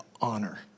honor